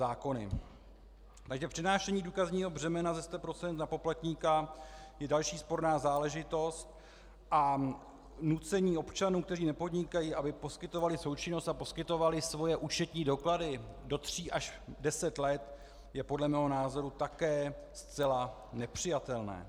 Takže přenášení důkazního břemena ze sta procent na poplatníka je další sporná záležitost a nucení občanů, kteří nepodnikají, aby poskytovali součinnost a poskytovali svoje účetní doklady do tří až deseti let, je podle mého názoru také zcela nepřijatelné.